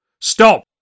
Stop